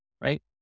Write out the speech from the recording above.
right